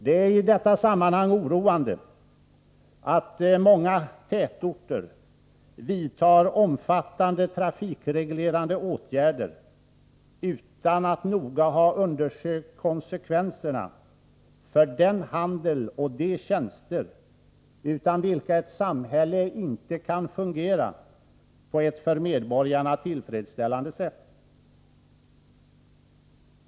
Det är i detta sammanhang oroande att många tätorter vidtar omfattande trafikreglerande åtgärder utan att noga ha undersökt konsekvenserna för den handel och de tjänster utan vilka ett samhälle inte kan fungera på ett för medborgarna tillfredsställande sätt.